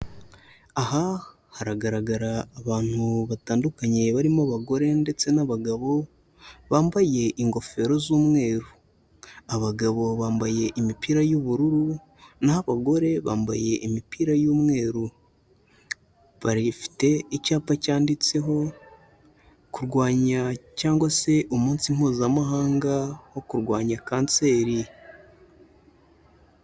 Aha hagaragara abantu batandukanye barimo abagore ndetse n'abagabo, bambaye ingofero z'umweru, abagabo bambaye imipira y'ubururu, n'aho abagore bambaye imipira y'umweru, barifite icyapa cyanditseho kurwanya cyangwa se umunsi Mpuzamahanga wo kurwanya kanseri.